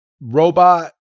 robot